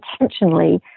intentionally